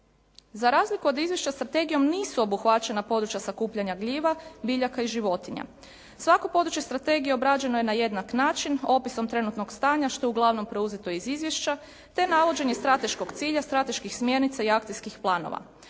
Za razliku od izvješća strategijom nisu obuhvaćena područja sakupljanja gljiva, biljaka i životinja. Svako područje strategije obrađeno je na jednak način, opisom trenutnog stanja što je uglavnom preuzeto iz izvješća, te navođenje strateškog cilja, strateških smjernica i akcijskih planova.